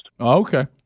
okay